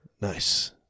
Nice